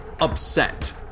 upset